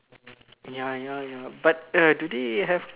ya ya ya but do they have